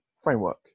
framework